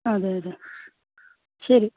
അതെയതെ ശരി